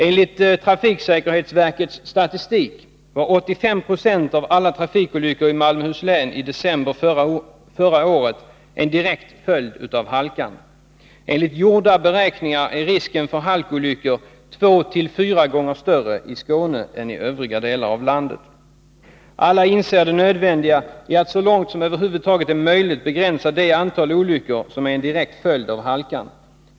Enligt trafiksäkerhetsverkets statistik var 85 96 av alla trafikolyckor i Malmöhus län i december förra året en direkt följd av halkan. Enligt gjorda beräkningar är risken för halkolyckor 24 gånger större i Skåne än i övriga delar av landet. Alla inser det nödvändiga i att så långt som över huvud taget är möjligt begränsa det antäl olyckor som är en direkt följd av halkan.